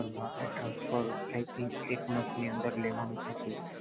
મારે transfer I think એક મંથની અંદર લેવાનું થશે